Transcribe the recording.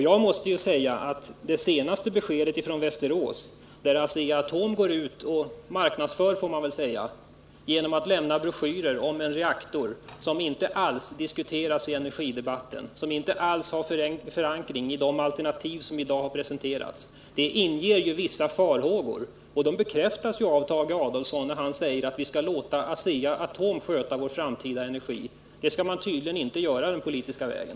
Jag måste säga att det senaste beskedet från Västerås, nämligen att Asea-Atom går ut och bedriver marknadsföring — det måste man kalla det — genom att lämna broschyrer om en reaktor som inte diskuteras i energidebatten och som inte alls har förankring i de alternativ som i dag har presenterats, inger vissa farhågor. De bekräftas av Tage Adolfsson, när han säger att vi skall låta Asea-Atom sköta frågorna om vår framtida energi. Det skall man tydligen inte göra den politiska vägen.